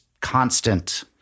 constant